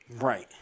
Right